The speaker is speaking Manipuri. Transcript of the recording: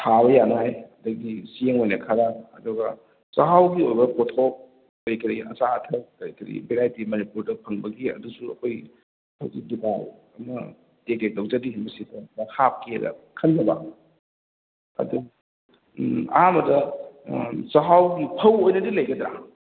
ꯊꯥꯕ ꯌꯥꯅꯉꯥꯏ ꯑꯗꯒꯤ ꯆꯦꯡ ꯑꯣꯏꯅ ꯈꯔ ꯑꯗꯨꯒ ꯆꯍꯥꯎꯒꯤ ꯑꯣꯏꯕ ꯄꯣꯠꯊꯣꯛ ꯀꯔꯤ ꯀꯔꯤ ꯑꯆꯥ ꯑꯊꯛ ꯀꯔꯤ ꯀꯔꯤ ꯕꯦꯔꯥꯏꯇꯤ ꯃꯅꯤꯄꯨꯔꯗ ꯐꯪꯕꯒꯤ ꯑꯗꯨꯁꯨ ꯑꯩꯈꯣꯏ ꯑꯈꯣꯏꯁꯨ ꯗꯨꯀꯥꯟ ꯑꯃ ꯇꯦꯛ ꯇꯦꯛ ꯇꯧꯖꯔꯤ ꯃꯁꯤꯗ ꯍꯥꯞꯀꯦꯅ ꯈꯟꯖꯕ ꯑꯗ ꯎꯝ ꯑꯍꯥꯟꯕꯗ ꯆꯍꯥꯎꯒꯤ ꯐꯧ ꯑꯣꯏꯅꯗꯤ ꯂꯩꯒꯗ꯭ꯔꯥ